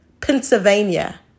Pennsylvania